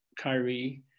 Kyrie